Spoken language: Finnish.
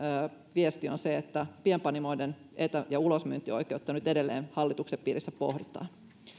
viesti on se että pienpanimoiden etä ja ulosmyyntioikeutta nyt edelleen hallituksen piirissä pohditaan